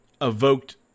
evoked